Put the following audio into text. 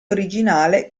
originale